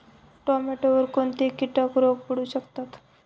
टोमॅटोवर कोणते किटक रोग पडू शकतात?